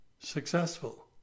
Successful